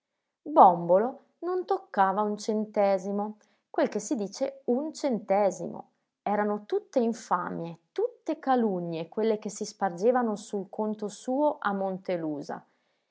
bòmbolo non toccava un centesimo quel che si dice un centesimo erano tutte infamie tutte calunnie quelle che si spargevano sul conto suo a